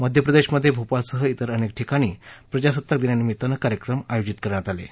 मध्यप्रदेशमध्ये भोपाळसह तेर अनेक ठिकाणी प्रजासत्ताक दिनानिमित्त कार्यक्रम आयोजित करण्यात आले आहेत